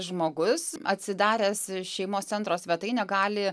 žmogus atsidaręs šeimos centro svetainę gali